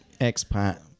expat